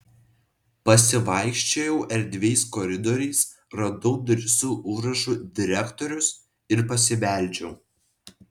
pasivaikščiojau erdviais koridoriais radau duris su užrašu direktorius ir pasibeldžiau